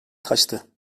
taştı